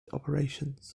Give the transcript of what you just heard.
operations